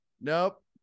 Nope